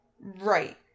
Right